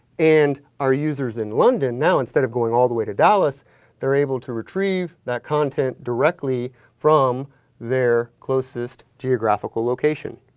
and our users in london now instead of going all the way to dallas they're able to retrieve that content directly from their closest geographical location,